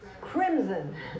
crimson